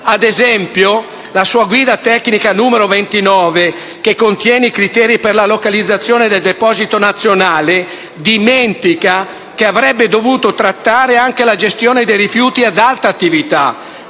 Ad esempio, la sua guida tecnica n. 29, che contiene i criteri per la localizzazione del deposito nazionale dei rifiuti radioattivi, dimentica che avrebbe dovuto trattare anche la gestione dei rifiuti ad alta attività.